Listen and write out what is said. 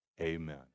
Amen